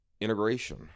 integration